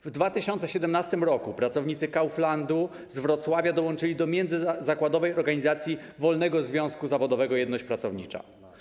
W 2017 r. pracownicy Kauflandu z Wrocławia dołączyli do Międzyzakładowej Organizacji Wolnego Związku Zawodowego „Jedność pracownicza”